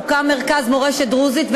הוקם מרכז מורשת דרוזית,